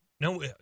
No